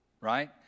right